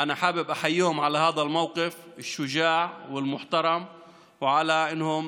אני רוצה לברך אותם על העמדה האמיצה והמכובדת הזאת ועל שהם